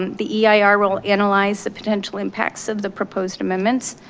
the eir will analyze the potential impacts of the proposed amendments.